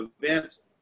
events